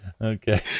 Okay